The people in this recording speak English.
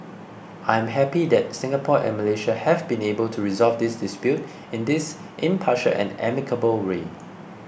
I am happy that Singapore and Malaysia have been able to resolve this dispute in this impartial and amicable way